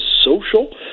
social